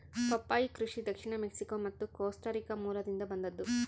ಪಪ್ಪಾಯಿ ಕೃಷಿ ದಕ್ಷಿಣ ಮೆಕ್ಸಿಕೋ ಮತ್ತು ಕೋಸ್ಟಾರಿಕಾ ಮೂಲದಿಂದ ಬಂದದ್ದು